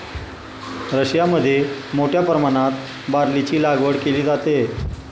रशियामध्ये मोठ्या प्रमाणात बार्लीची लागवड केली जाते